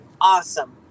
awesome